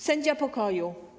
Sędzia pokoju.